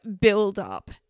buildup